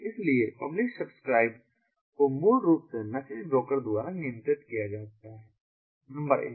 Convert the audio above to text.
इसलिए publish subscribe को मूल रूप से मैसेज ब्रोकर द्वारा नियंत्रित किया जाता है नंबर 1